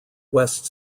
west